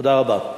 תודה רבה.